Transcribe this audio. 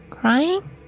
crying